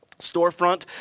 storefront